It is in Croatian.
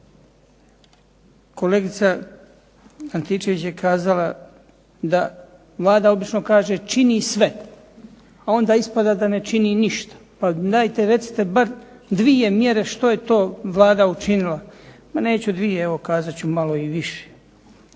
Kolegica Antičević je kazala da Vlada obično kaže čini sve a onda ispada da ne čini ništa. Pa dajte recite bar dvije mjere što je to Vlada učinila. Neću dvije, evo kazat ću malo i više,